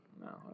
No